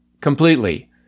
completely